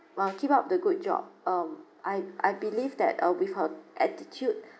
ah keep up the good job um I I believe that